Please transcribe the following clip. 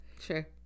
Sure